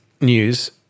news